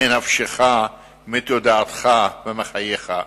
מנפשך, מתודעתך ומחייך.